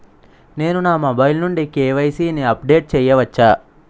నేను నా మొబైల్ నుండి కే.వై.సీ ని అప్డేట్ చేయవచ్చా?